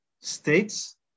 states